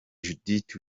judith